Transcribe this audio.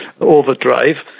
overdrive